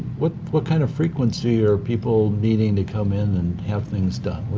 what what kind of frequency are people needing to come in and have things done?